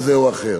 כזה או אחר.